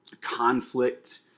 conflict